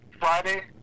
Friday